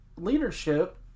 leadership